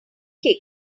kick